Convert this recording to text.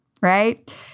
right